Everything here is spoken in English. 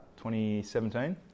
2017